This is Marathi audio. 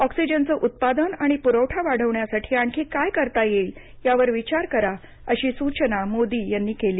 ऑक्सिजनचं उत्पादन आणि पुरवठा वाढवण्यासाठी आणखी काय करता येईल यावर विचार करा अशी सूचना मोदी यांनी केली